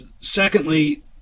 Secondly